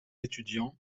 étudiants